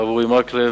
הרב אורי מקלב,